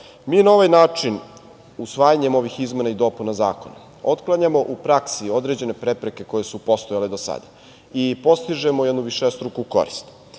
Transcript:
na ovaj način, usvajanjem ovih izmena i dopuna zakona otklanjamo u praksi određene prepreke koje su postojale do sada i postižemo jednu višestruku korist.